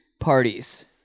parties